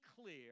clear